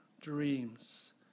dreams